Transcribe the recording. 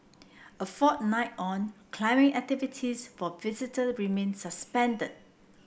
a fortnight on climbing activities for visitor remain suspended